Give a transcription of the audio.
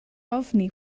ofni